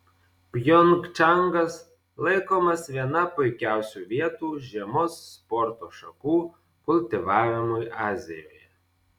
pjongčangas laikomas viena puikiausių vietų žiemos sporto šakų kultivavimui azijoje